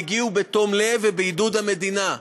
והגיעו בתום לב ובעידוד המדינה.